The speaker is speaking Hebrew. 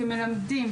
כמלמדים,